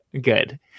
Good